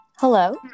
hello